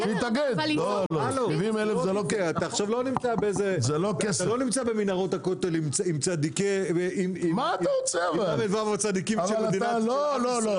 אתה לא נמצא במנהרות הכותל עם ל"ו הצדיקים של מדינת ישראל.